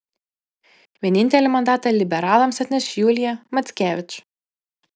vienintelį mandatą liberalams atneš julija mackevič